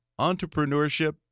entrepreneurship